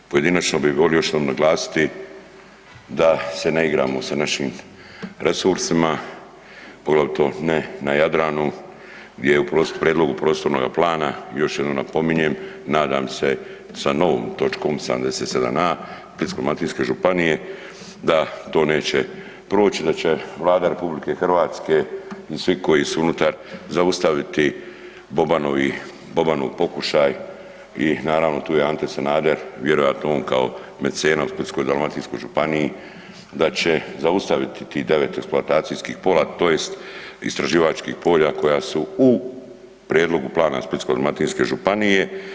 Evo pojedinačno bih želio još jednom naglasiti da se ne igramo sa našim resursima poglavito ne na Jadranu gdje je u prijedlogu prostornoga plana još jednom napominjem, nadam se sa novom točkom 77a. Splitsko-dalmatinske županije da to neće proći, da će Vlada RH i svi koji su unutar zaustaviti Bobanov pokušaj i naravno tu je Ante Sanader vjerojatno on kao mecena u Splitsko-dalmatinskoj županiji da će zaustaviti tih 9 eksploatacijskih polja, tj. istraživačkih polja koja su u prijedlogu plana Splitsko-dalmatinske županije.